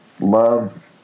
love